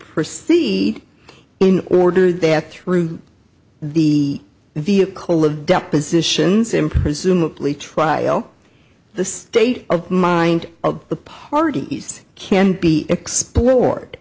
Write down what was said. proceed in order that through the the call of depositions in presumably trial the state of mind of the parties can be explored